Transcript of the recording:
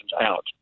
out